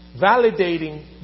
Validating